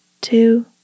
two